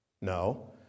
No